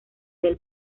del